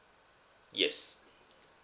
yes